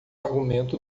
argumento